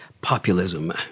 populism